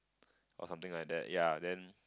or something like that yeah then